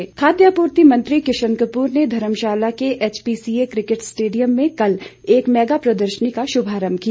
किशन कपूर खाद्य आपूर्ति मंत्री किशन कपूर ने धर्मशाला के एचपीसीए क्रिकेट स्टेडियम में कल एक मेगा प्रदर्शनी का शुभारंभ किया